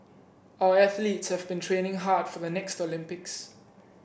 our athletes have been training hard for the next Olympics